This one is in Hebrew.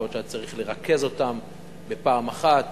יכול להיות שהיה צריך לרכז אותן בפעם אחת